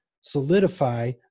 solidify